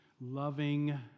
loving